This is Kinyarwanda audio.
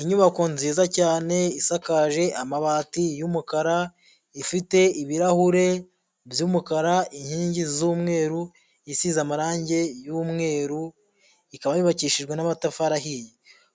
Inyubako nziza cyane isakaje amabati y'umukara, ifite ibirahure by'umukara, inkingi z'umweru, isize amarangi y'umweru, ikaba yubakishijwe n'amatafari ahiye,